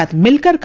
like milk